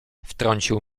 wtrącił